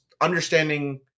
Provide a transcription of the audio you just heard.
understanding